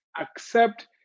Accept